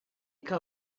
que